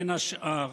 בין השאר